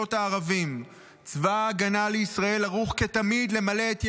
ממשלות הערבים: צבא ההגנה לישראל ערוך כתמיד למלא את ייעודיו,